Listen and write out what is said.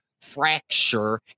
fracture